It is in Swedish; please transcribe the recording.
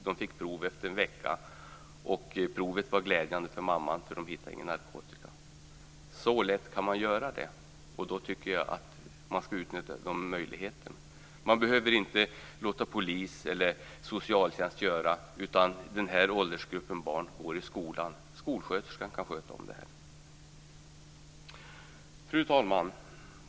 De fick svar efter en vecka, och det var glädjande för mamman, därför att man hittade ingen narkotika. Så lätt kan det göras, och då tycker jag att man skall utnyttja de möjligheterna. Man behöver inte låta polis eller socialtjänst göra detta, utan den här åldersgruppen barn går i skolan, och skolsköterskan kan sköta om det. Fru talman!